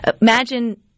imagine